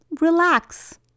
relax